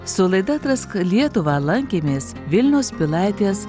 su laida atrask lietuvą lankėmės vilniaus pilaitės